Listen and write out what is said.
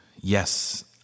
Yes